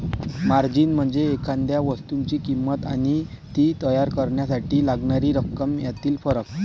margin म्हणजे एखाद्या वस्तूची किंमत आणि ती तयार करण्यासाठी लागणारी रक्कम यातील फरक